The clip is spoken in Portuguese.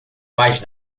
mas